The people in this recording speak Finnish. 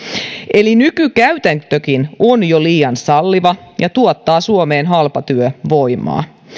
eli nykykäytäntökin on jo liian salliva ja tuottaa suomeen halpatyövoimaa